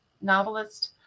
novelist